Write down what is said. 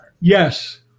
Yes